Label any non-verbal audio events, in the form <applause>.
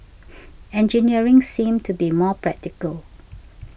<noise> engineering seemed to be more practical